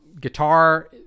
Guitar